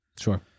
Sure